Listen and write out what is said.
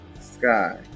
Sky